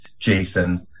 Jason